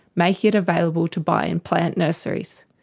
making it available to buy in plant nurseries.